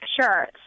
Sure